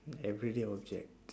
everyday object